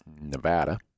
Nevada